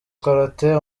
karate